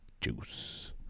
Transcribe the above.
juice